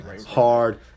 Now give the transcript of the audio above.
Hard